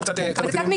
זה קצת מתכתב.